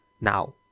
Now